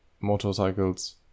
motorcycles